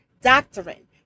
doctrine